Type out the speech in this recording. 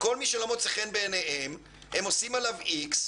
כל מי שלא מוצא חן בעיניהם הם עושים עליו איקס,